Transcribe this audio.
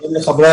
שלום לחברי